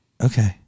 Okay